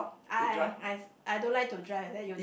I I I don't like to drive then you